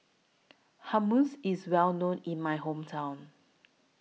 Hummus IS Well known in My Hometown